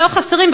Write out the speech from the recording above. לא חסרים.